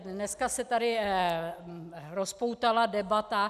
Dneska se tady rozpoutala debata.